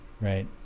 right